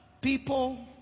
people